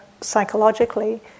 psychologically